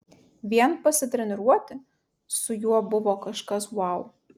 vien pasitreniruoti su juo buvo kažkas vau